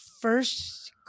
first